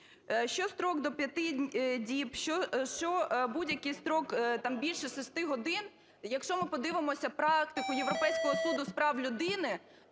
що строк до п'яти діб, що будь-який строк там більше шести годин. Якщо ми подивимося практику Європейського Суду з прав людини,